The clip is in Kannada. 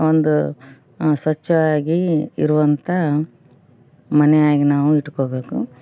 ಒಂದು ಸ್ವಚ್ಛವಾಗಿ ಇರುವಂಥ ಮನೆಯಾಗ ನಾವು ಇಟ್ಕೊಳ್ಬೇಕು